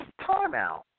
Timeout